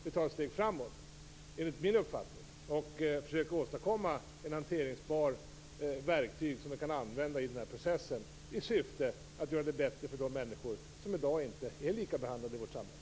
Vi tar ett steg framåt, enligt min uppfattning, och försöker åstadkomma ett hanterbart verktyg som vi kan använda i den här processen i syfte att göra det bättre för de människor som i dag inte är likabehandlade i vårt samhälle.